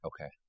Okay